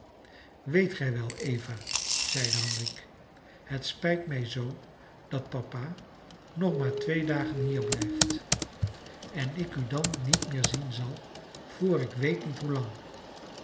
weet gij wel eva zeide henrique het spijt mij zoo dat papa nog maar twee dagen hier blijft en ik u dan niet meer zien zal voor ik weet niet hoelang